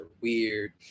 weird